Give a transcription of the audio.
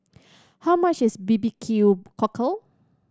how much is barbecue cockle